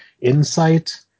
insight